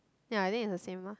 ya I think is the same lah